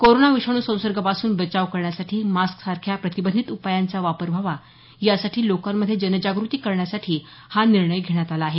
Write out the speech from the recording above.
corona विषाणू संसंगापासून बचाव करण्यासाठी मास्क सारख्या प्रतिबंधित उपायाचा वापर व्हावा यासाठी लोकांमध्ये जनजागृती करण्यासाठी हा निर्णय घेण्यात आला आहे